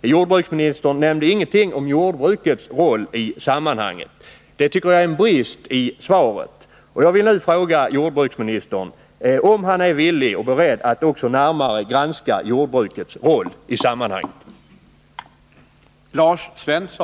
Men jordbruksministern nämnde ingenting om jordbrukets roll i sammanhanget. Det tycker jag är en brist i svaret. Jag vill därför nu fråga jordbruksministern om han är beredd att närmare granska också jordbrukets ansvar för de uppkomna miljöskadorna.